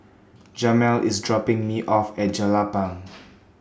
Jamel IS dropping Me off At Jelapang